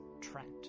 Trent